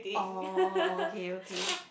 oh okay okay